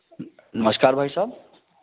नमस्कार भाईसाहब